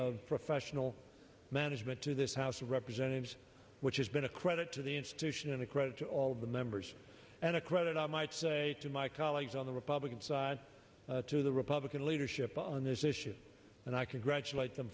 of professional management to this house of representatives which has been a credit to the institution and a credit to all of the members and a credit i might say to my colleagues on the republican side to the republican leadership on this issue and i congratulate them